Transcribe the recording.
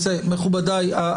מכובדיי,